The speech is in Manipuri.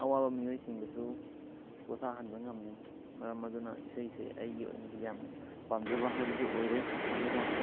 ꯑꯋꯥꯕ ꯃꯤꯑꯣꯏꯁꯤꯡꯗꯁꯨ ꯄꯣꯊꯥꯍꯟꯕ ꯉꯝꯃꯤ ꯃꯔꯝ ꯑꯗꯨꯅ ꯏꯁꯩꯁꯦ ꯑꯩꯒꯤ ꯑꯣꯏꯅꯗꯤ ꯌꯥꯝꯅ ꯄꯥꯝꯖꯕ ꯍꯥꯏꯕꯗꯣ ꯑꯣꯏꯔꯦ ꯑꯗꯨꯒ